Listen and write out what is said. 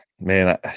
Man